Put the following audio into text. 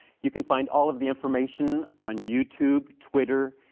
you can find all of the information on youtube, twitter,